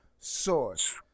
source